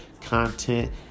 content